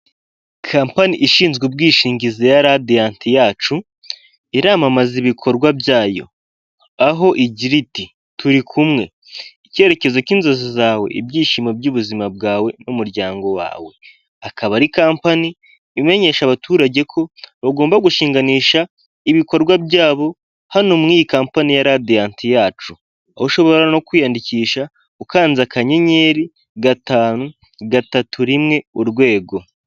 Kampani ishinzwe ubwishingizi ya radiyanti yacu, iramamaza ibikorwa byayo, aho igira iti turi kumwe icyerekezo cy'inzozi zawe ibyishimo by'ubuzima bwawe n'umuryango wawe, akaba ari Kampani imenyesha abaturage ko bagomba gushinganisha ibikorwa byabo, hano mu Kampani ya radiyanti yacu aho ushobora no kwiyandikisha ukanze akanyenyeri, gatanu, gatatu rimwe urwego.